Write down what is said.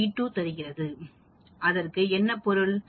அதற்கு என்ன பொருள்